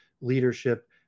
leadership